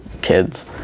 kids